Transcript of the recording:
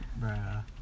Bruh